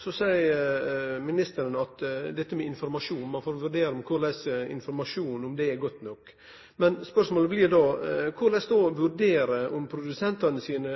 Så seier ministeren når det gjeld informasjon, at ein får vurdere om informasjon er god nok. Spørsmålet blir då: Korleis då vurdere om produsentane sine